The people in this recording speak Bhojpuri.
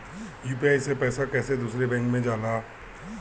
यू.पी.आई से पैसा कैसे दूसरा बैंक मे जाला?